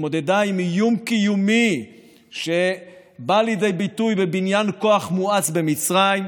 והתמודדה עם איום קיומי שבא לידי ביטוי בבניין כוח מואץ במצרים,